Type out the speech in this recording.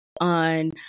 on